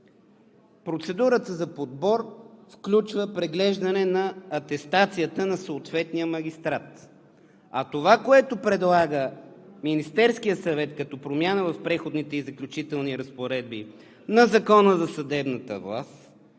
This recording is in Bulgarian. Процедурата за подбор включва преглеждане на атестацията на съответния магистрат, а това, което предлага Министерският съвет като промяна в Преходните и заключителни разпоредби на Закона за съдебната власт,